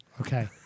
Okay